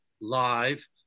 live